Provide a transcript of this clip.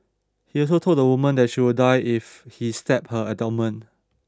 he also told the woman that she would die if he stabbed her abdomen